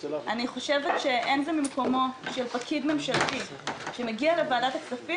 אני חושבת שאין זה ממקומו של פקיד ממשלתי שמגיע לוועדת הכספים